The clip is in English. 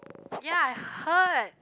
ya I heard